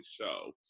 show